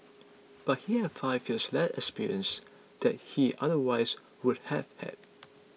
but he has five years less experience that he otherwise would have had